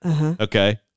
Okay